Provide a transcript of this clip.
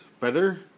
Better